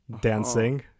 dancing